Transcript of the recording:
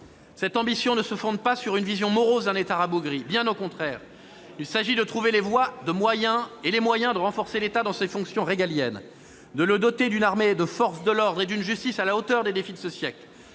Cette ambition ne se fonde pas sur une vision morose d'un État rabougri. Bien au contraire ! Il s'agit de trouver les voies et moyens de renforcer l'État dans ses fonctions régaliennes, de le doter d'une armée, de forces de l'ordre et d'une justice à la hauteur des défis de ce siècle.